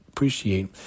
appreciate